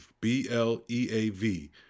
B-L-E-A-V